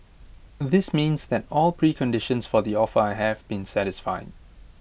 this means that all preconditions for the offer have been satisfied